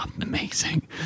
amazing